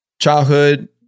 childhood